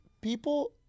People